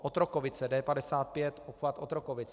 Otrokovice, D55, obchvat Otrokovic.